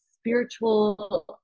spiritual